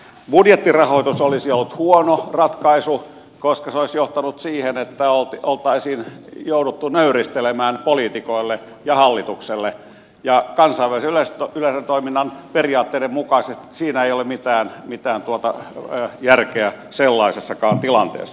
budjettirahoitus olisi ollut huono ratkaisu koska se olisi johtanut siihen että olisi jouduttu nöyristelemään poliitikoille ja hallitukselle ja kansainvälisen yleisradiotoiminnan periaatteiden mukaisesti ei ole mitään järkeä sellaisessakaan tilanteessa